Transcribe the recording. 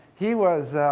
he was